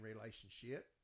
relationship